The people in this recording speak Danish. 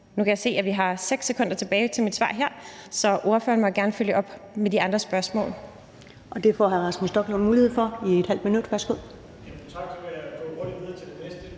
Nu kan jeg se, at vi har 6 sekunder tilbage til mit svar her, så ordføreren må gerne følge op med de andre spørgsmål.